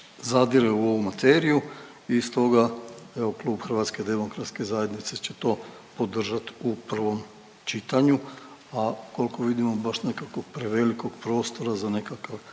zadire u ovu materiju i stoga evo klub HDZ-a će podržat u prvom čitanju, a koliko vidimo baš nekakvog prevelikog prostora za nekakav